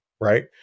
right